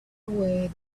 away